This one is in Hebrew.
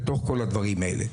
בתוך כל הדברים האלה.